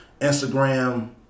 Instagram